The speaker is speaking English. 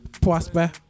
prosper